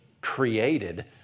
created